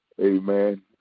Amen